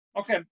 Okay